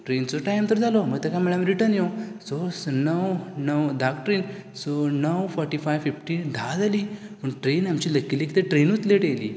ट्रेनिचो time तर जालो मागीर तेका म्हणलें आमी रिटर्न यो स स णव णव धांक ट्रेन सो णव फोटीफाय फिफ्टी धा जालीं पूण ट्रेन आमची लकिली ती ट्रेनूच लेट येयली